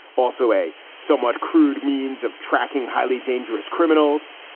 also a somewhat crude means of tracking highly dangerous criminals.